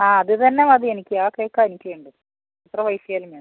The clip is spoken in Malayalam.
ആ അത് തന്നെ മതി എനിക്ക് ആ കേക്കാണ് എനിക്ക് വേണ്ടത് എത്ര പൈസ ആയാലും വേണം